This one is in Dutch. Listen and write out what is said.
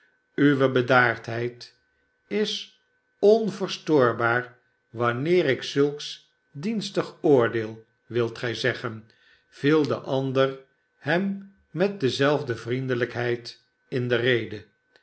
auwe bedaardheid is onverstoorbaar wanneer ik zulks dienstig oordeel wilt gij eggen viel de ander hem met dezelfde vriendelijkheid in de rede